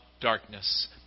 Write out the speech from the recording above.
darkness